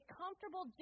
comfortable